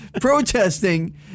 protesting